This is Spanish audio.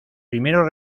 primeros